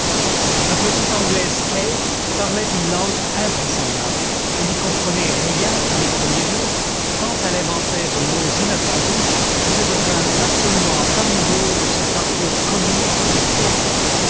ma petite anglaise kate parlait une langue invraisemblable je n'y comprenais rien dans les premiers jours tant elle inventait de mots inattendus puis je devins absolument amoureux de cet argot comique et gai